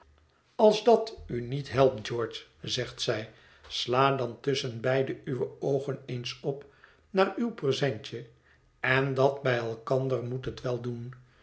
als dat u niet helpt george zegt zij sla dan tusschenbeide uwe oogen eens op naar uw presentje en dat bij elkander moet het wel doen